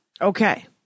Okay